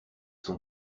son